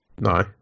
No